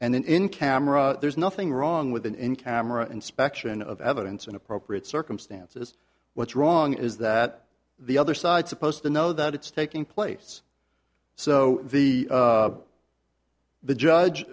then in camera there's nothing wrong with an encounter a inspection of evidence in appropriate circumstances what's wrong is that the other side supposed to know that it's taking place so the the judge